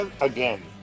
again